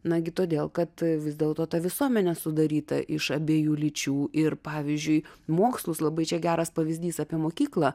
nagi todėl kad vis dėlto ta visuomenė sudaryta iš abiejų lyčių ir pavyzdžiui mokslus labai čia geras pavyzdys apie mokyklą